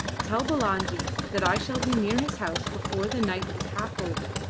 tell bulangi that i shall be near his house before the night is half over,